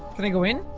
can i go in?